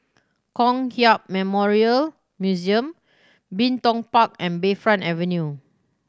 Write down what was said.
Kong Hiap Memorial Museum Bin Tong Park and Bayfront Avenue